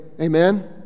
Amen